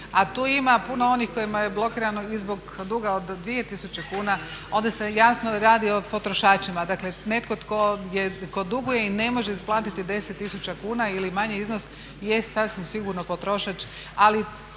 a tu ima puno onih kojima je blokirano i zbog duga od 2000 kuna onda se jasno radi o potrošačima. Dakle netko tko je, tko duguje i ne možemo isplatiti 10 tisuća kuna ili manji iznos jest sasvim sigurno potrošač